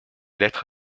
lettres